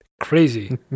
Crazy